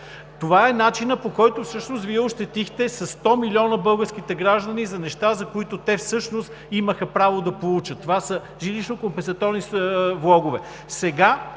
Това е начинът, по който Вие ощетихте със 100 милиона българските граждани за неща, които те всъщност имаха право да получат – това са жилищно-компенсаторни влогове.